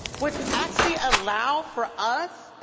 which actually allows for us,